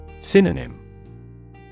Synonym